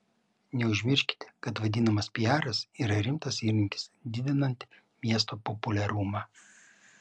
neužmirškite kad vadinamas piaras yra rimtas įrankis didinant miesto populiarumą